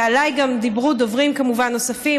ודיברו דוברים נוספים,